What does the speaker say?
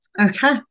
Okay